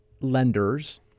lenders